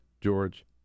George